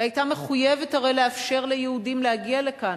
היא היתה מחויבת הרי לאפשר ליהודים להגיע לכאן.